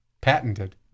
patented